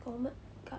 gourmet club